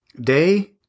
Day